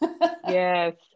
yes